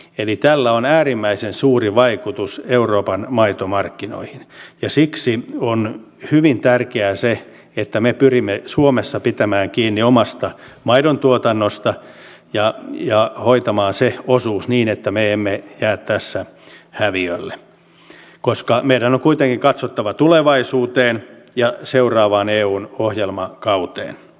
eli tällä on äärimmäisen suuri vaikutus euroopan maitomarkkinoihin ja siksi on hyvin tärkeää se että me pyrimme suomessa pitämään kiinni omasta maidontuotannosta ja hoitamaan sen osuuden niin että me emme jää tässä häviölle koska meidän on kuitenkin katsottava tulevaisuuteen ja seuraavaan eun ohjelmakauteen